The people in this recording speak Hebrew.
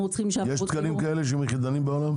--- יש כאלה תקנים שהם יחידנים בעולם?